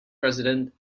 president